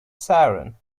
siren